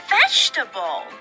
vegetable